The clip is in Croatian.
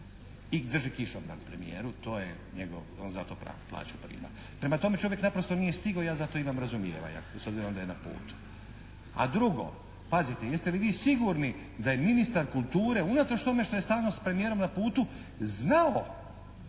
I drži kišobran premijeru. To je njegov, on zato plaću prima. Prema tome čovjek naprosto nije stigao, ja za to imam razumijevanja s obzirom da je na putu. A drugo, pazite jeste li vi sigurni da je ministar kulture unatoč tome što je stalno s premijerom na putu znao,